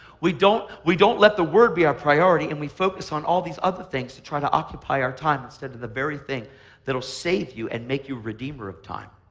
we don't we don't let the word be our priority and we focus on all these other things to try to occupy our time instead of the very thing that'll save you and make you a redeemer of time.